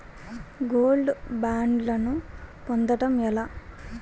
Gold బ్యాండ్లను పొందటం ఎలా?